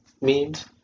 memes